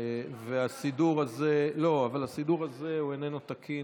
והסידור הזה איננו תקין.